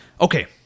Okay